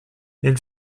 elle